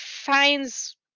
finds